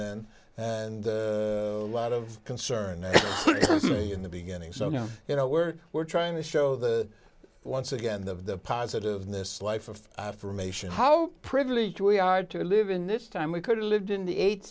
then and a lot of concern in the beginning so no you know we're we're trying to show that once again the positives in this life of affirmation how privileged we are to live in this time we could have lived in the